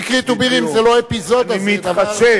אקרית ובירעם זה לא אפיזודה, זה דבר, אני מתחשב,